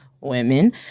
women